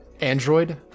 android